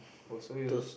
oh so you